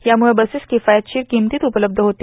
यामुळं बसेस किफायतशीर किंमतीत उपलब्ध होतील